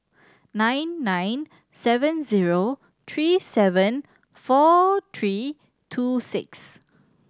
nine nine seven zero three seven four three two six